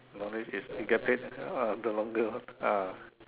knowledge is you get paid uh the longer lah ah